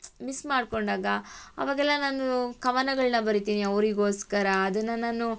miss ಮಾಡಿಕೊಂಡಾಗ ಅವಾಗೆಲ್ಲ ನಾನು ಕವನಗಳನ್ನು ಬರೀತಿನಿ ಅವರಿಗೋಸ್ಕರ ಅದನ್ನು ನಾನು